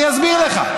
אני אסביר לך.